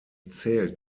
zählt